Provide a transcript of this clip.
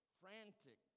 frantic